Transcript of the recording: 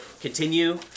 continue